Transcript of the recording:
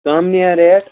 ژامنہِ ہَہ ریٹ